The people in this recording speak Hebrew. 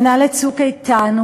שנה ל"צוק איתן",